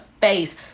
face